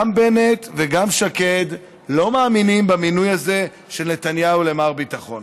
גם בנט וגם שקד לא מאמינים במינוי הזה של נתניהו למר ביטחון.